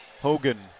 Hogan